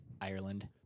Ireland